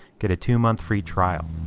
get a two month free trial.